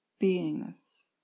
beingness